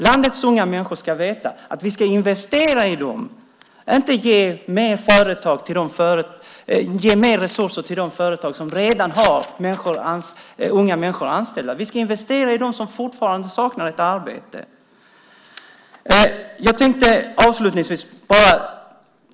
Landets unga människor ska veta att vi ska investera i dem, inte ge mer resurser till de företag som redan har unga människor anställda. Vi ska investera i dem som fortfarande saknar ett arbete.